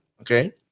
Okay